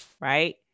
right